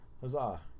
Huzzah